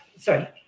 sorry